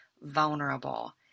vulnerable